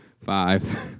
Five